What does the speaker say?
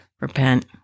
Repent